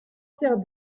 pierre